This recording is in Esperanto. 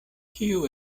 kiu